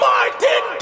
Martin